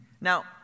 Now